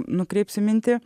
nukreipsiu mintį